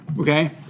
okay